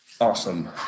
awesome